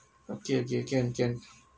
okay okay can